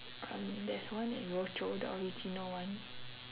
um there's one in rochor the original one